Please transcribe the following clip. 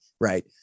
right